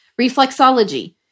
Reflexology